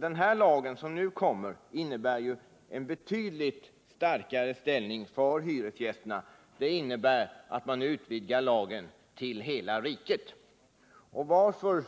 Den lag som nu föreslås innebär ju en betydligt starkare ställning för hyresgästerna i och med att den utvidgas till att omfatta hela riket. Jag vill också fråga